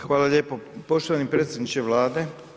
Hvala lijepo poštovani predsjedniče Vlade.